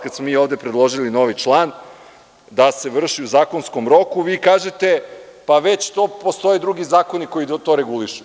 Kad smo mi ovde predložili novi član da se vrši u zakonskom roku, vi kažete – već postoje drugi zakoni koji to regulišu.